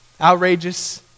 Outrageous